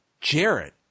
Jarrett